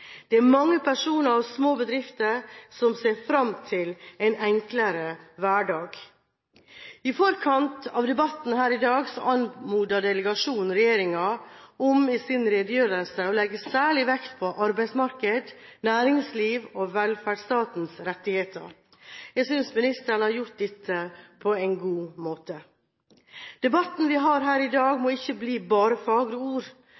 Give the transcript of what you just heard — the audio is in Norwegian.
Det er mange personer og små bedrifter som ser fram til en enklere hverdag. I forkant av debatten her i dag anmodet delegasjonen regjeringen om i sin redegjørelse å legge særlig vekt på arbeidsmarked, næringsliv og velferdsstatens rettigheter. Jeg synes ministeren har gjort dette på en god måte. Debatten vi har her i dag, må ikke bli bare fagre ord.